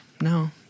No